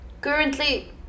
currently